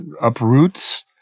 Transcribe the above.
uproots